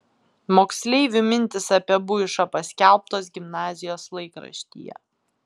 moksleivių mintys apie buišą paskelbtos gimnazijos laikraštyje